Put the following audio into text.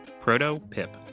proto-pip